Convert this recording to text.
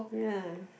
ya